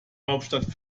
hauptstadt